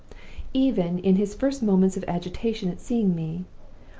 even in his first moments of agitation at seeing me,